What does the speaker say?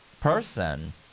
person